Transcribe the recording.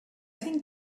think